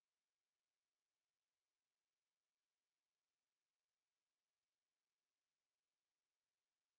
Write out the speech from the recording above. Merci